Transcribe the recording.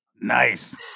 Nice